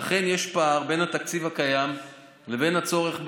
ואכן יש פער בין התקציב הקיים לבין הצורך בפועל.